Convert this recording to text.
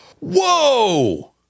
Whoa